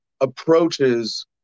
approaches